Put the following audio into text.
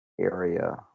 area